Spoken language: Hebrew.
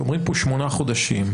כשאומרים פה שמונה חודשים,